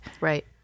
Right